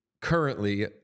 currently